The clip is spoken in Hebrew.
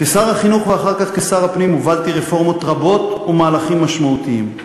כשר החינוך ואחר כך כשר הפנים הובלתי רפורמות רבות ומהלכים משמעותיים.